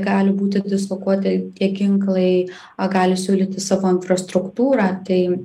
gali būti dislokuoti tie ginklai o gali siūlyti savo infrastruktūrą tai